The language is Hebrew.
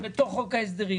לנשים,